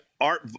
art